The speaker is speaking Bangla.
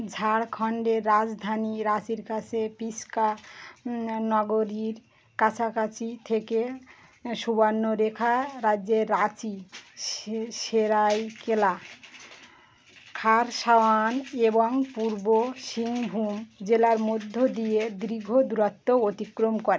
ঝাড়খণ্ডের রাজধানী রাঁচির কাছে পিস্কা না নগরীর কাছাকাছি থেকে সুবর্ণরেখা রাজ্যের রাঁচি সে সেরাইকেলা খারসাওয়ান এবং পূর্ব সিংভূম জেলার মধ্য দিয়ে দীর্ঘ দূরত্ব অতিক্রম করে